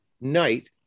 night